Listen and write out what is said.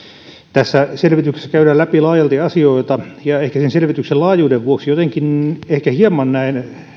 tässä selvityksessä käydään läpi laajalti asioita ja ehkä selvityksen laajuuden vuoksi jotenkin hieman näen